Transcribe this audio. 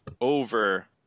Over